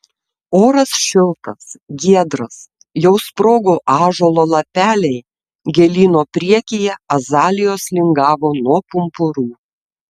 oras šiltas giedras jau sprogo ąžuolo lapeliai gėlyno priekyje azalijos lingavo nuo pumpurų